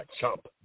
chump